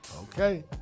okay